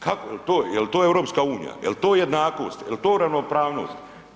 Kako, jel to EU, jel to jednakost, jel to ravnopravnost?